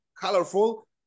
colorful